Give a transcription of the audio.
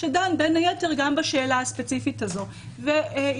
שדן בין היתר גם בשאלה הספציפית הזו וביקש